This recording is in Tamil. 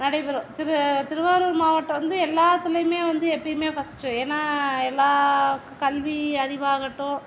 நடைபெறும் திரு திருவாரூர் மாவட்டம் வந்து எல்லாத்துலேயுமே வந்து எப்பவுமே ஃபர்ஸ்ட்டு ஏன்னால் எல்லா கல்வி அறிவாகட்டும்